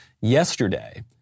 Yesterday